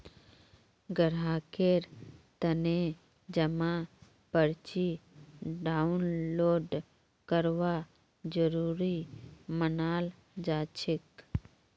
ग्राहकेर तने जमा पर्ची डाउनलोड करवा जरूरी मनाल जाछेक